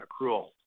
accrual